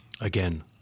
again